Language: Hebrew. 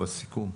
בסיכום.